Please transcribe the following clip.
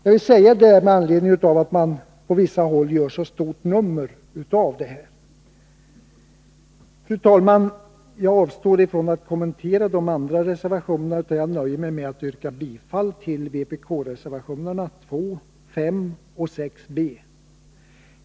Jag vill säga detta med anledning av att man på vissa håll gör så stort nummer av detta. Fru talman! Jag avstår från att kommentera de andra reservationerna utan nöjer mig med att yrka bifall till vpk-reservationerna 2, 5 och 6 b.